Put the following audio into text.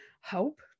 hope